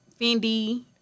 Fendi